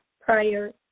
prior